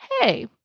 hey